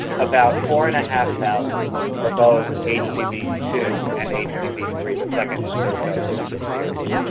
about four and a half thousand for both h p v two and h p v three, the second and third dose of the series.